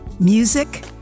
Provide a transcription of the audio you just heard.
music